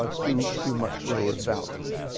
ah to to much lower values.